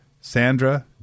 Sandra